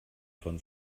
von